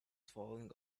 falling